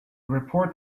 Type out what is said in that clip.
report